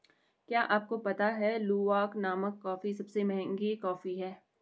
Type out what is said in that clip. क्या आपको पता है लूवाक नामक कॉफ़ी सबसे महंगी कॉफ़ी है?